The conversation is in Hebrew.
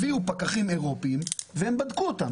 הביאו פקחים אירופאיים והם בדקו אותה.